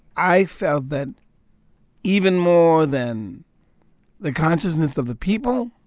i felt that even more than the consciousness of the people,